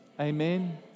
Amen